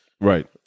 Right